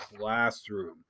classroom